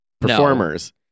performers